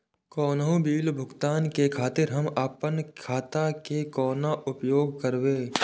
कोनो बील भुगतान के खातिर हम आपन खाता के कोना उपयोग करबै?